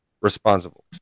responsible